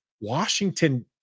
Washington